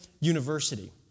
university